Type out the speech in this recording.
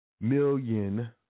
million